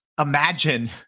imagine